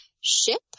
ship